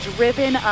Driven